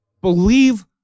believe